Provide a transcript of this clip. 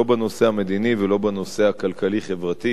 לא בנושא המדיני ולא בנושא הכלכלי-חברתי,